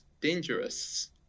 dangerous